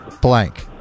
blank